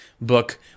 book